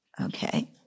okay